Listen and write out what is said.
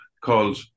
called